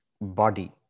body